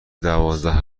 دوازده